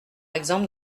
exemple